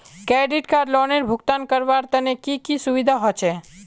Credit card लोनेर भुगतान करवार तने की की सुविधा होचे??